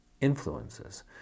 influences